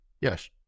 yes